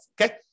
Okay